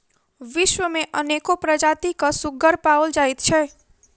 विश्व मे अनेको प्रजातिक सुग्गर पाओल जाइत छै